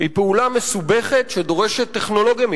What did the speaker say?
היא פעולה מסובכת שדורשת טכנולוגיה מיוחדת.